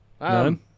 None